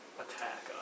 attack